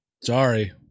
sorry